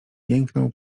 jęknął